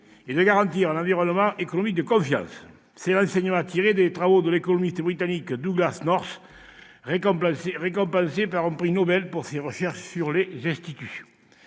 et de garantir un environnement économique de confiance. C'est l'enseignement à tirer des travaux de l'économiste britannique Douglass North, récompensé par un prix Nobel pour ses recherches sur les institutions.